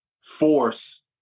force